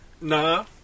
Nah